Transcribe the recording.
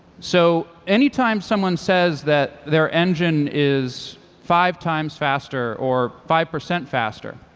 so any time someone says that their engine is five times faster, or five percent faster,